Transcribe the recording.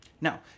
Now